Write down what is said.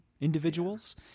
individuals